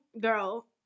girl